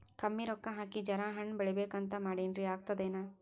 ಕಮ್ಮಿ ರೊಕ್ಕ ಹಾಕಿ ಜರಾ ಹಣ್ ಬೆಳಿಬೇಕಂತ ಮಾಡಿನ್ರಿ, ಆಗ್ತದೇನ?